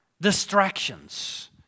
distractions